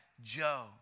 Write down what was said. Joe